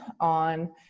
on